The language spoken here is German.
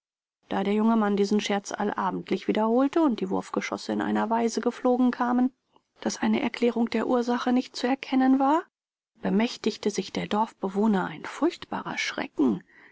da der junge mann diesen scherz allabendlich wiederholte und die wurfgeschosse in einer weise geflogen kamen daß eine erklärung der ursache nicht zu erkennen war bemächtigte sich der dorfbewohner ein furchtbarer schrecken